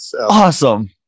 Awesome